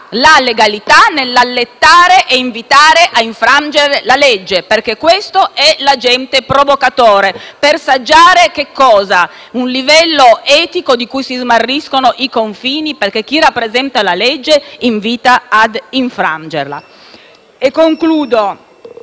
la legalità nell'allettare e invitare a infrangere la legge (perché questo è l'agente provocatore). Per saggiare cosa? Un livello etico di cui si smarriscono i confini, perché chi rappresenta la legge invita a infrangerla. Mi avvio